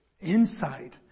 insight